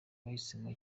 bahisemo